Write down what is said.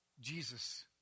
Jesus